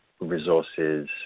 resources